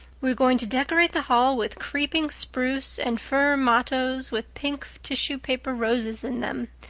we are going to decorate the hall with creeping spruce and fir mottoes with pink tissue-paper roses in them.